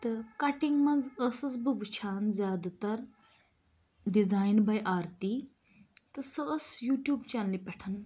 تہٕ کَٹِنٛگ منٛز ٲسٕس بہٕ وُچھان زیادٕ تَر ڈِزایِن باے آرتی تہٕ سۄ ٲس یوٗٹیوٗب چَیٚنلہِ پیٚٹھ